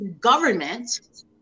government